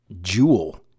jewel